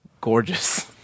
gorgeous